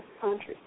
country